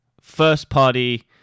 first-party